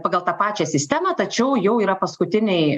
pagal tą pačią sistemą tačiau jau yra paskutinėj